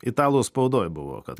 italų spaudoj buvo kad